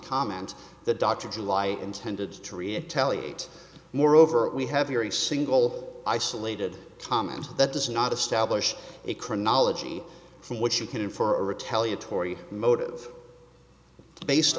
comment that dr july intended to retaliate moreover we have here a single isolated comment that does not establish a chronology from which you can infer a retaliatory motive based